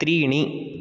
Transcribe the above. त्रीणि